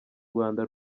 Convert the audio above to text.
rwanda